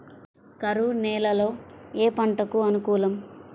కరువు నేలలో ఏ పంటకు అనుకూలం?